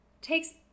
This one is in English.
takes